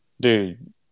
dude